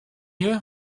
eux